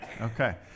Okay